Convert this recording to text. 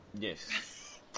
Yes